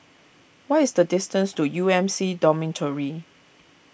what is the distance to U M C Dormitory